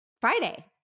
Friday